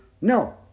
no